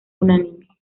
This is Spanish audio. unánime